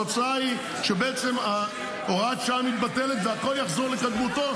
התוצאה היא שבעצם הוראת השעה מתבטלת והכול יחזור לקדמותו